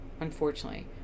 unfortunately